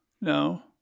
No